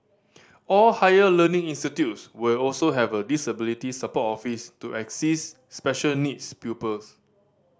all higher learning institutes will also have a disability support office to assist special needs pupils